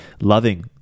loving